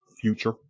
future